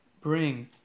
Bring